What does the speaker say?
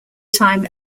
time